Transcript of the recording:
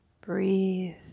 breathe